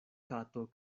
kato